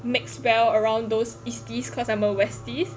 mix well around those easties cause I'm a westies